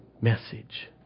message